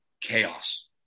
chaos